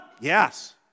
Yes